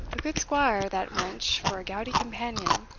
a good squire that wench for a gouty champion,